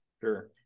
Sure